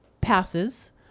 passes